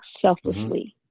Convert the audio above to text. selflessly